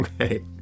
Okay